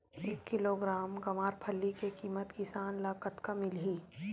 एक किलोग्राम गवारफली के किमत किसान ल कतका मिलही?